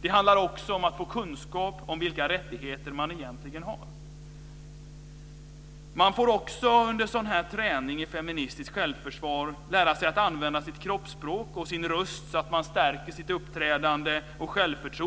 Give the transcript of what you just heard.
Det handlar också om att få kunskap om vilka rättigheter man egentligen har. Under sådan här träning i feministiskt självförsvar får man också lära sig att använda sitt kroppsspråk och sin röst så att man stärker sitt uppträdande och självförtroende.